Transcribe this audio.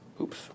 Oops